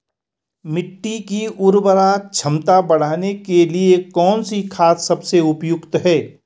मिट्टी की उर्वरा क्षमता बढ़ाने के लिए कौन सी खाद सबसे ज़्यादा उपयुक्त है?